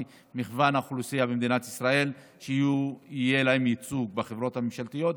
היא שלמגוון האוכלוסייה במדינת ישראל יהיה ייצוג בחברות הממשלתיות.